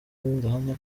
ndahamya